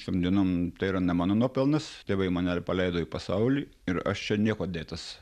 šiom dienom tai yra ne mano nuopelnas tėvai mane paleido į pasaulį ir aš čia niekuo dėtas